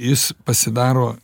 jis pasidaro